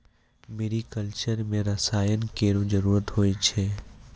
मेरी culture म रसायन केरो जरूरत होय छै